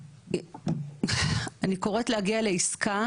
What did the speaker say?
אני קוראת להגיע לעסקה